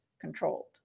controlled